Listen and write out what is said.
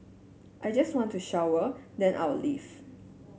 I just want to shower then I'll leave